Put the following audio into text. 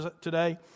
today